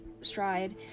Stride